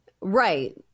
Right